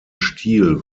stil